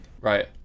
Right